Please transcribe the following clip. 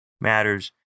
matters